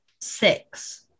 Six